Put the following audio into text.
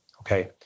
okay